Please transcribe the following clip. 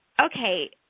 okay